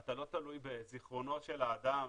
אתה לא תלוי בזיכרונו של האדם,